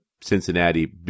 Cincinnati